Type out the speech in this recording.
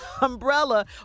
umbrella